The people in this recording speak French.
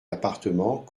appartement